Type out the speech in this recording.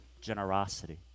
generosity